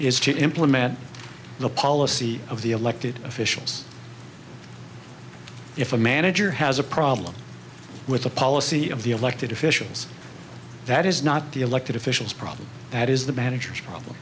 implement the policy of the elected officials if a manager has a problem with the policy of the elected officials that is not the elected officials problem that is the manager's problem